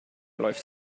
läuft